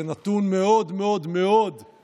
זה נתון מאוד מאוד חריג,